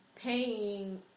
paying